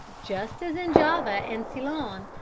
just as in java and ceylon,